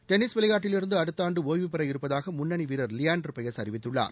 tennis விளையாட்டிலிருந்து அடுத்த ஆண்டு ஒய்வுபெறவிருப்பதாக முன்னணி வீரர் லியாண்டர் பயஸ் அறிவித்துள்ளார்